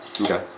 Okay